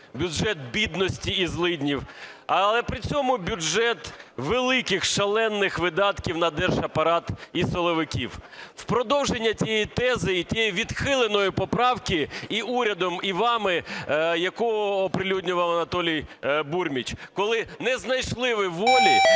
бюджет бідності і злиднів. Але при цьому бюджет великих, шалених видатків на держапарат і силовиків. В продовження цієї тези і тієї відхиленої поправки і урядом, і вами, яку оприлюднював Анатолій Бурміч, коли не знайшли ви волі